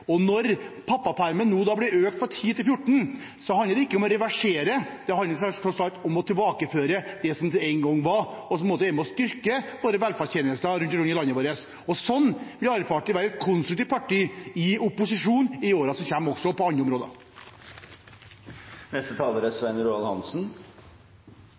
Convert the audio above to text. Når pappapermen nå blir økt fra 10 til 14 uker, handler det ikke om å reversere, det handler først og fremst om tilbakeføring til det som det en gang var, og som er med på å styrke våre velferdstjenester rundt om i landet vårt. Slik vil Arbeiderpartiet være et konstruktivt parti i opposisjon i årene som kommer, også på andre områder.